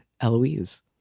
Eloise